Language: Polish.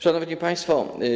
Szanowni Państwo!